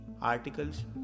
articles